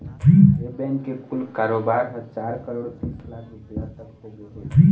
ए bank के कुल कारोबार ह चार करोड़ तीस लाख रूपिया तक होगे हे